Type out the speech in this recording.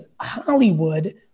Hollywood